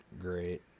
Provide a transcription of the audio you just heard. great